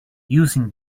using